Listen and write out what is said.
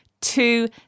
two